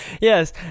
Yes